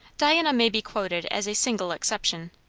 diana may be quoted as a single exception.